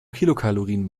kilokalorien